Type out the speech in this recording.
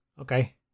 Okay